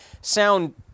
sound